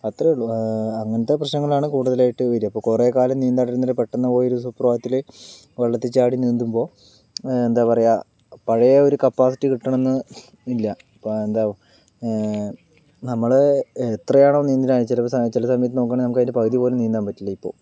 അത്രേ ഉള്ളൂ അങ്ങനത്തെ പ്രശ്നങ്ങളാണ് കൂടുതലായിട്ട് വരിക അപ്പോൾ കുറെ കാലം നീന്താണ്ടിരുന്നിട്ട് പെട്ടെന്ന് പോയൊരു സുപ്രഭാതത്തില് വെള്ളത്തിൽ ചാടി നീന്തുമ്പോൾ എന്താ പറയുക പഴയ ഒരു കപ്പാസിറ്റി കിട്ടണന്ന് ഇല്ല എന്ത നമ്മള് എത്രയാണോ നീന്തണെ ചിലപ്പോൾ ചില സമയത്ത് നമുക്കാണെങ്കിൽ നമുക്കതിൻറെ പകുതി പോലും നീന്താൻ പറ്റില്ല ഇപ്പോൾ